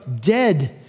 dead